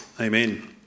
Amen